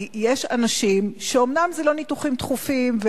כי יש אנשים שאומנם לא מדובר